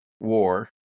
War